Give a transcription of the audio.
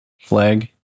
flag